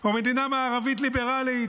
או מדינה מערבית ליברלית,